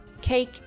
cake